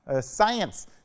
Science